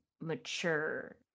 mature